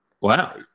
wow